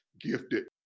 gifted